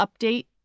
update